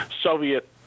Soviet